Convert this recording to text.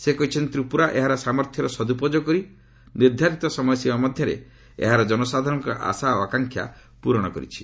ସେ କହିଛନ୍ତି ତ୍ରିପୁରା ଏହାର ସାମର୍ଥ୍ୟର ସଦୁପଯୋଗ କରି ନିର୍ଦ୍ଧାରିତ ସମୟସୀମା ମଧ୍ୟରେ ଏହାର ଜନସାଧାରଣଙ୍କର ଆଶା ଓ ଆକାଂକ୍ଷାର ପ୍ରରଣ କରିଛି